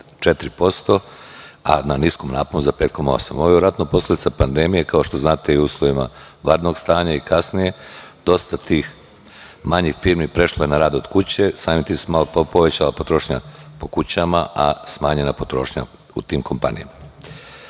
0,4%, a na niskom naponu za 5,8%. Ovo je verovatno posledica pandemije. Kao što znate u uslovima vanrednog stanja i kasnije dosta tih manjih firmi je prešlo na rad od kuće, samim tim se povećala potrošnja po kućama, a smanjena potrošnja u tim kompanijama. Ukupna